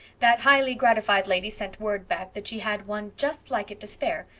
that highly-gratified lady sent word back that she had one just like it to spare,